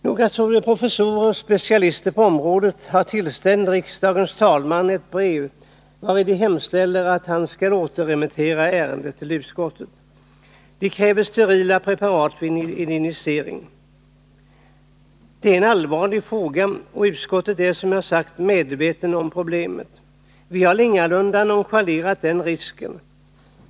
Några professorer — specialister på området — har tillställt riksdagens talman ett brev, vari de hemställer att han skall återremittera ärendet. De kräver sterila preparat vid injicering. Det är en allvarlig fråga, och utskottet är som jag sagt medvetet om problemen. Vi har ingalunda nonchalerat den risken.